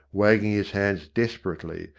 wagging his hands desperately,